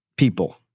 People